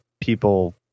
people